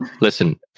Listen